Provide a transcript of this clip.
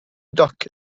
duck